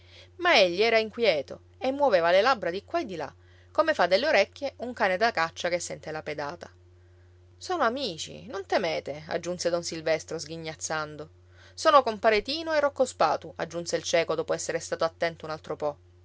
ma egli era inquieto e muoveva le labbra di qua e di là come fa delle orecchie un cane da caccia che sente la pedata sono amici non temete aggiunse don silvestro sghignazzando sono compare tino e rocco spatu aggiunse il cieco dopo essere stato attento un altro po